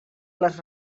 les